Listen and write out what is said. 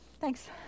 thanks